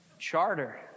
Charter